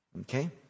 Okay